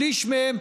שליש מהם,